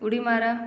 उडी मारा